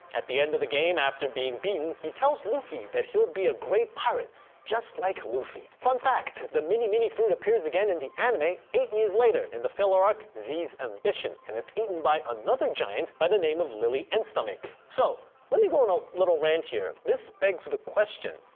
at the end of the game after being beaten he tells luffy, he'll be a great pirate just like him. fun fact the mini-mini fruit appears again in the anime eight years later in the filler arc z's ambition and it's eaten by another giant by the name of lily enstomach, so lemme go on a lil rant here this begs the question,